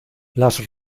las